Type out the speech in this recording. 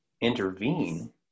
intervene